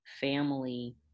family